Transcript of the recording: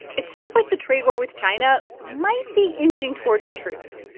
it seems like the trade war with china might be inching towards a truce.